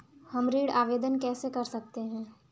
हम ऋण आवेदन कैसे कर सकते हैं?